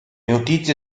notizie